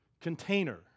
container